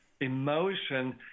emotion